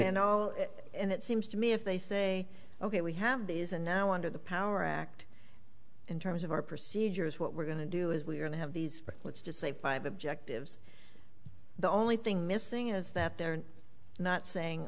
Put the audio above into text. didn't and it seems to me if they say ok we have these and now under the power act in terms of our procedures what we're going to do is we are to have these let's just say five objectives the only thing missing is that they're not saying